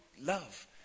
love